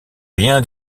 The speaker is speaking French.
rien